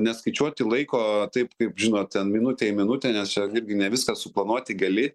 neskaičiuoti laiko taip kaip žinot ten minutei minutę nes čia irgi ne viską suplanuoti gali